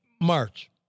March